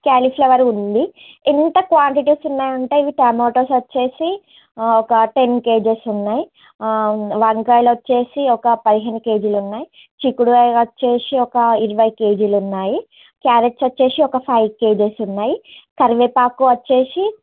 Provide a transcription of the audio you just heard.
cauliflower ఉంది ఎంత quantities ఉన్నాయి అంటే ఇవి టొమాటోస్ వచ్చి ఒక టెన్ కెజీస్ ఉన్నాయి వంకాయలు వచ్చి ఒక పదిహేను కేజీలు ఉన్నాయి చిక్కుడుకాయ వచ్చి ఒక ఇరవై కేజీలు ఉన్నాయి క్యారెట్స్ వచ్చి ఒక ఫైవ్ కెజీస్ ఉన్నాయి కరివేపాకు వచ్చి